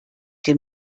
dem